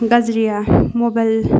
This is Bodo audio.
गाज्रिया मबाइल